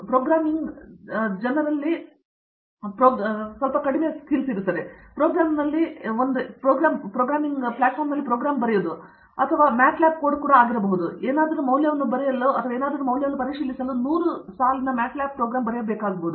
programming ಜನರಲ್ಲಿ ಎಕ್ ಪ್ರೊಗ್ರಾಮ್ನಲ್ಲಿ ಅದೇ ಪ್ರೊಗ್ರಾಮ್ನೊಂದಿಗೆ ಎಕ್ ಪ್ರೋಗ್ರಾಂ ಬರೆಯುವುದು ಅಥವಾ ನಿಮಗೆ ತಿಳಿದಿರುವ ಈ ದಿನಗಳಲ್ಲಿ ಕರೆಯಲ್ಪಡುವ ಮ್ಯಾಟ್ ಲ್ಯಾಬ್ ಕೋಡ್ ಆಗಿರಬಹುದು ಮೌಲ್ಯದ ಯಾವುದನ್ನಾದರೂ ಬರೆಯಲು 100 ಸಾಲುಗಳನ್ನು ಬಳಸಿ ನಿಮಗೆ 15 ಸಾಲುಗಳು ತಿಳಿದಿರಬಹುದು